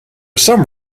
some